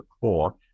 core